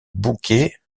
bouquet